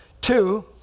Two